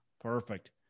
Perfect